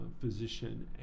physician